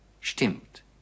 Stimmt